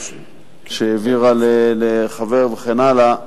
שהעבירה לחבר וכן הלאה,